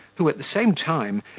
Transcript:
who, at the same time,